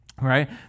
right